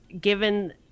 given